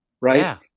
right